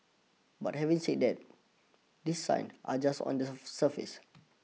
but having said that these signs are just on the surface